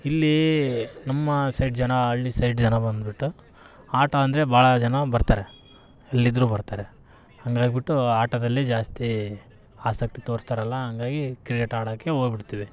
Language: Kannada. ಇಲ್ಲಿ ನಮ್ಮ ಸೈಡ್ ಜನ ಹಳ್ಳಿ ಸೈಡ್ ಜನ ಬಂದುಬಿಟ್ಟು ಆಟ ಅಂದರೆ ಭಾಳ ಜನ ಬರ್ತಾರೆ ಎಲ್ಲಿದ್ರೂ ಬರ್ತಾರೆ ಹಾಗಾಗ್ಬಿಟ್ಟು ಆಟದಲ್ಲಿ ಜಾಸ್ತಿ ಆಸಕ್ತಿ ತೋರಿಸ್ತಾರಲ್ಲ ಹಾಗಾಗಿ ಕ್ರಿಕೆಟ್ ಆಡಕ್ಕೆ ಹೋಗಿಬಿಡ್ತೀವಿ